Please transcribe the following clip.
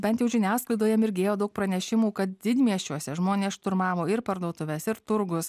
bent jau žiniasklaidoje mirgėjo daug pranešimų kad didmiesčiuose žmonės šturmavo ir parduotuves ir turgus